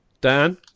Dan